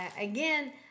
again